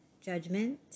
judgment